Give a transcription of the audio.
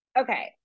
Okay